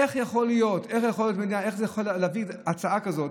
איך יכול להיות, איך הוא יכול להביא הצעה כזאת?